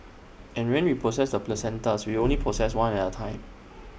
and when we process the placentas we only process one at A time